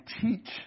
teach